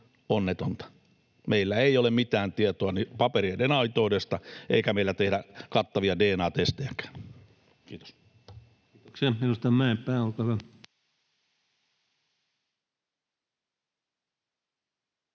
onnetonta. Meillä ei ole mitään tietoa papereiden aitoudesta eikä meillä tehdä kattavia DNA-testejäkään. — Kiitos.